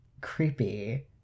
creepy